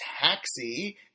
taxi